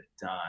done